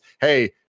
hey